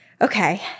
Okay